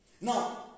Now